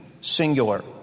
singular